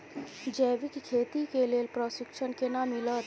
जैविक खेती के लेल प्रशिक्षण केना मिलत?